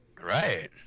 Right